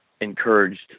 encouraged